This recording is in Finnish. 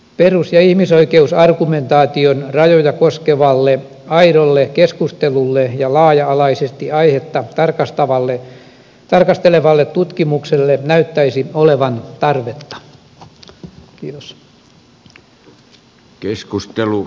perus ja ihmisoikeusargumentaation rajoja koskevalle aidolle keskustelulle ja laaja alaisesti aihetta tarkastelevalle tutkimukselle näyttäisi olevan tarvetta